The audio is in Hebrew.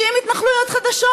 60 התנחלויות חדשות.